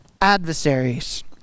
adversaries